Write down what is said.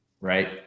Right